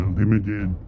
limited